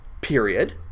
Period